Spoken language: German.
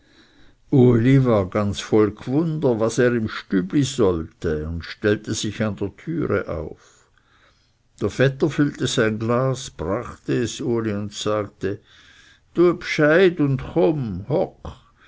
uli war ganz voll gwunder was er im stübli solle und stellte sich an der türe auf der vetter füllte sein glas brachte es uli und sagte tue bscheid und